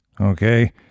okay